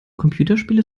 computerspiele